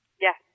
Yes